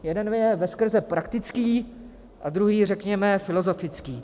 Jeden je veskrze praktický a druhý je řekněme filozofický.